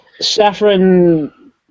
Saffron